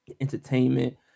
entertainment